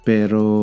Pero